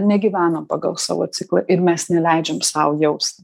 negyvenom pagal savo ciklą ir mes neleidžiam sau jausti